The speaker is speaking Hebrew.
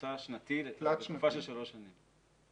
בממוצע שנתי לתקופה של שלוש שנים.